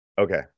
Okay